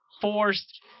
forced